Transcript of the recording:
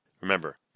Remember